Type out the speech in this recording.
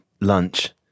lunch